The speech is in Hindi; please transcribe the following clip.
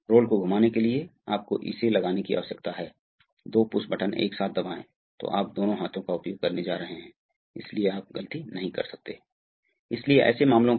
तो यह क्या हो रहा है यह भाग प्रवाह क्या है यह भाग प्रवाह है यदि यह V है तो प्रवाह के अनुपात को देखें मान लें कि यह दूरी X से चलता है